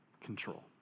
control